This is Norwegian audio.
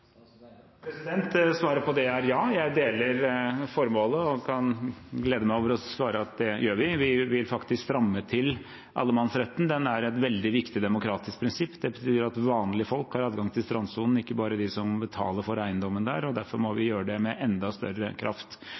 Svaret på det er ja. Jeg deler formålet og kan glede meg over å svare at det gjør vi. Vi vil faktisk stramme til allemannsretten – den er et veldig viktig demokratisk prinsipp. Det betyr at vanlige folk har adgang til strandsonen, ikke bare de som betaler for eiendommen der, og derfor må vi gjøre det med enda større kraft.